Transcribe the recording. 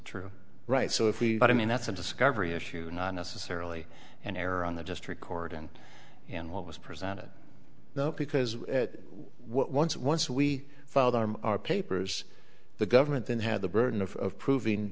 true right so if we but i mean that's a discovery issue not necessarily an error on the just record and in what was presented not because once once we filed our our papers the government then had the burden of proving